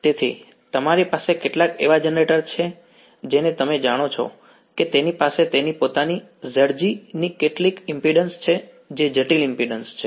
તેથી તમારી પાસે કેટલાક એવા જનરેટર છે જેને તમે જાણો છો કે તેની પાસે તેની પોતાની Zg ની કેટલીક ઈમ્પિડ્ન્સ છે તે જટિલ ઈમ્પિડ્ન્સ છે